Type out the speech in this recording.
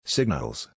Signals